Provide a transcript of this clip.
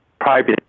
private